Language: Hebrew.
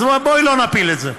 אז בואי לא נפיל את זה.